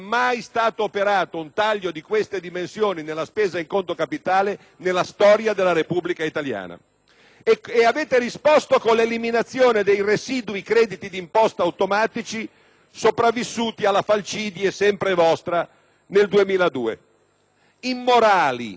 Avete risposto con l'eliminazione dei residui crediti d'imposta automatici sopravvissuti alla falcidie (sempre vostra) nel 2002. Immorali, ha detto a proposito dei crediti d'imposta automatici il Ministro, perché darebbero luogo ad abusi.